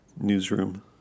newsroom